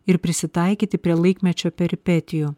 ir prisitaikyti prie laikmečio peripetijų